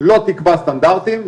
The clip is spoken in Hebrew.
לא תקבע סטנדרטים,